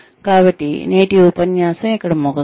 కాబట్టి నేటి ఉపన్యాసం ఇక్కడ ముగుస్తుంది